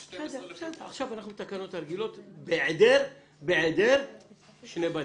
עכשיו אנחנו בתקנות הרגילות בהיעדר שני בתים.